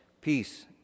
peace